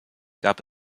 gab